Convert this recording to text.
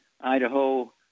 Idaho